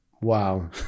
Wow